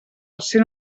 cent